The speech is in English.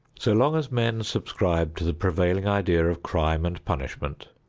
so long as men subscribe to the prevailing idea of crime and punishment,